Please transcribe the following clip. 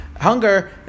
hunger